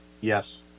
Yes